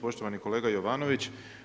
Poštovani kolega Jovanović.